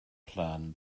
plan